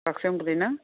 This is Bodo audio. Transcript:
बाक्सायावनो गोलैयो ना